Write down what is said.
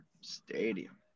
Stadium